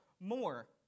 more